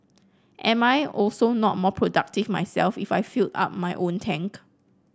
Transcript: am I also not more productive myself if I filled up my own tank